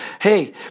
hey